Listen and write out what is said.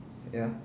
ya